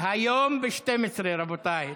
היום ב-12:00, רבותיי.